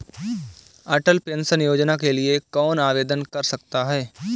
अटल pension योजना के लिए कौन आवेदन कर सकता है?